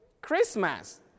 Christmas